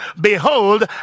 Behold